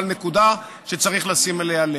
אבל זו נקודה שצריך לשים לב אליה.